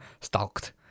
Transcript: stalked